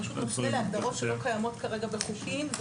פשוט מפנה להגדרות שלא קיימות כרגע בחוקים,